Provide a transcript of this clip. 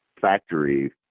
factory